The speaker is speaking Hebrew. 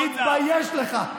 תתבייש לך.